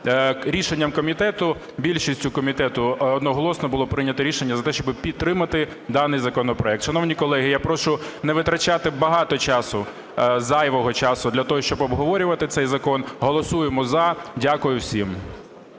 рішенням комітету… більшістю комітету одноголосно було прийнято рішення за те, щоб підтримати даний законопроект. Шановні колеги, я прошу не витрачати багато часу, зайвого часу, для того щоб обговорювати цей закон. Голосуємо "за". Дякую всім.